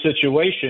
situation